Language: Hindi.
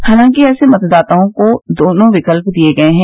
हालांकि ऐसे मतदाताओं को दोनों विकल्प दिए गए हैं